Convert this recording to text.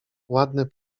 ładne